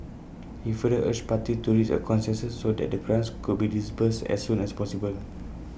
he further urged parties to reach A consensus so that the grants could be disbursed as soon as possible